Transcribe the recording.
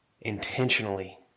intentionally